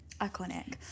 iconic